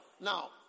Now